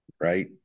right